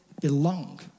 belong